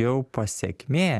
jau pasekmė